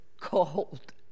cold